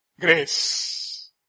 Grace